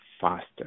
faster